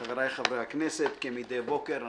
חבריי חברי הכנסת, כמדי בוקר,